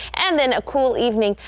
and then a cool evening.